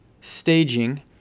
staging